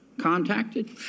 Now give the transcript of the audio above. contacted